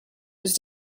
was